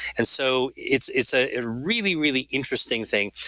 and so it's it's ah a really, really interesting thing.